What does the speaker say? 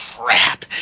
crap